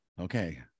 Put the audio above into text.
Okay